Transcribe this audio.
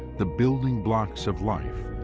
the building blocks of life,